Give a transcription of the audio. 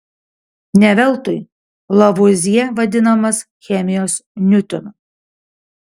ne veltui lavuazjė vadinamas chemijos niutonu